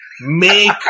Make